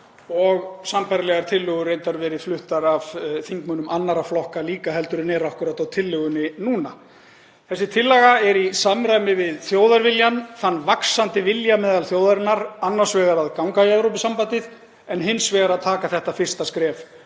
og sambærilegar tillögur reyndar verið fluttar af þingmönnum annarra flokka líka en eru akkúrat á tillögunni núna. Þessi tillaga er í samræmi við þjóðarviljann, þann vaxandi vilja meðal þjóðarinnar annars vegar að ganga í Evrópusambandið en hins vegar að taka þetta fyrsta skref